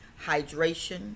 hydration